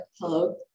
Hello